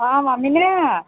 ହଁ ମାମିନା